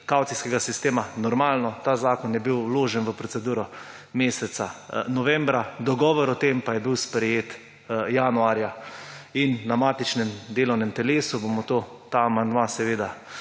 kavcijskega sistema. Normalno, ta zakon je bil vložen v proceduro meseca novembra, dogovor o tem pa je bil sprejet januarja in na matičnem delovnem telesu bomo ta amandma